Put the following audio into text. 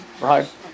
right